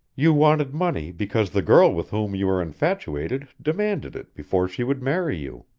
you wanted money because the girl with whom you were infatuated demanded it before she would marry you.